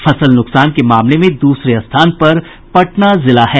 फसल नुकसान के मामले में दूसरे स्थान पर पटना जिला है